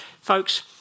Folks